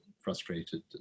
frustrated